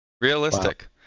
Realistic